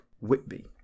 Whitby